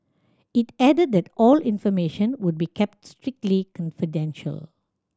it added that all information would be kept strictly confidential